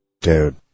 Dude